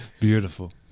Beautiful